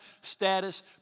status